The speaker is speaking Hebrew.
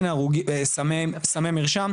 סמי מרשם,